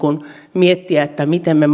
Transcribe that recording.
miettiä miten me